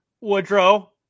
Woodrow